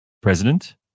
president